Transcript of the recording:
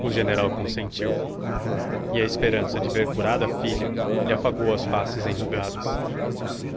o general consentiu e a esperança de ver curada a filha lhe afagou as faces enrugadas